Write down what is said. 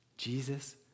Jesus